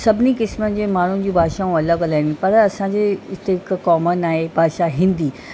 सभिनी क़िस्मनि जे माण्हुनि जूं भाषाऊं अलॻि अलॻि आहिनि पर असांजी जेका कॉमन आहे भाषा हिंदी